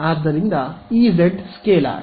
ಆದ್ದರಿಂದ EZ scalar